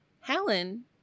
Helen